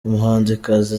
umuhanzikazi